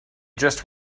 just